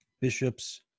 bishops